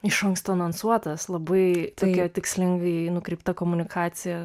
iš anksto anonsuotas labai tokia tikslingai nukreipta komunikacija